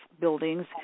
buildings